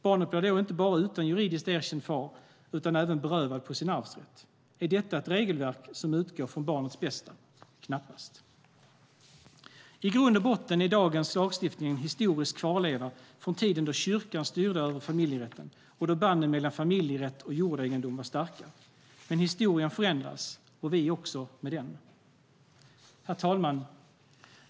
Barnet blir då inte bara utan juridiskt erkänd far utan även berövad sin arvsrätt. Är detta ett regelverk som utgår från barnets bästa? Knappast! I grund och botten är dagens lagstiftning en historisk kvarleva från tiden då kyrkan styrde över familjerätten och då banden mellan familjerätt och jordegendom var starka. Men historien förändras och vi med den. Herr talman!